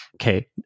Okay